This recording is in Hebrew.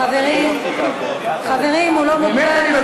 חברים, הוא לא מוגבל.